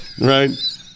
right